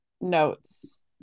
notes